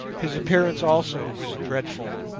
his appearance also was dreadful,